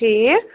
ٹھیٖک